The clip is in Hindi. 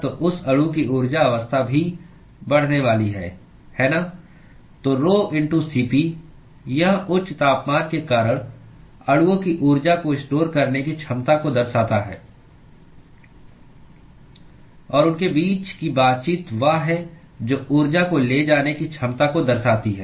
तो rhoCp यह उच्च तापमान के कारण अणुओं की ऊर्जा को स्टोर करने की क्षमता को दर्शाता है और उनके बीच की बातचीत वह है जो ऊर्जा को ले जाने की क्षमता को दर्शाती है